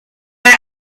but